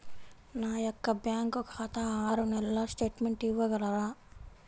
నా యొక్క బ్యాంకు ఖాతా ఆరు నెలల స్టేట్మెంట్ ఇవ్వగలరా?